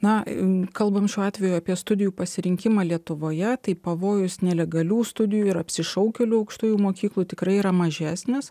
na kalbant šiuo atveju apie studijų pasirinkimą lietuvoje tai pavojus nelegalių studijų ir apsišaukėlių aukštųjų mokyklų tikrai yra mažesnis